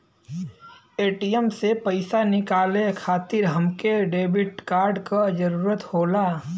ATM से पइसा निकाले खातिर हमके डेबिट कार्ड क जरूरत होला